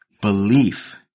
belief